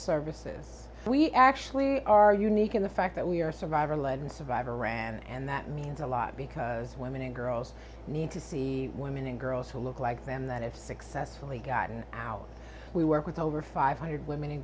services and we actually are unique in the fact that we are survivor lead and survivor ran and that means a lot because women and girls need to see women and girls who look like them that has successfully gotten out we work with over five hundred women and